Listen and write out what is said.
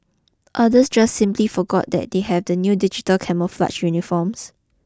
others just simply forgot that they have the new digital camouflage uniforms